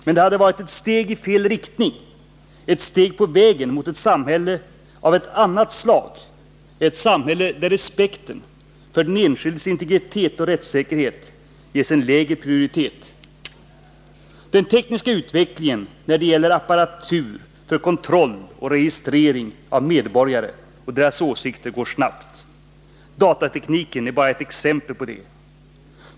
Men det hade varit ett steg i fel riktning, ett steg på vägen mot ett samhälle av ett annat slag, där respekten för den enskildes integritet och rättssäkerhet ges en lägre prioritet. Den tekniska utvecklingen när det gäller apparatur för kontroll och registrering av medborgare och deras åsikter går snabbt. Datatekniken är bara ett exempel på det.